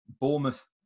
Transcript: Bournemouth